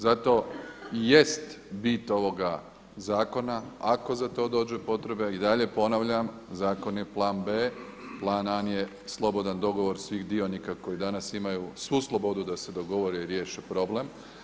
Zato i jest bit ovoga zakona ako za to dođe potreba i dalje ponavljam zakon je plan B. Plan A je slobodan dogovor svih dionika koji danas imaju svu slobodu da se dogovore i riješe problem.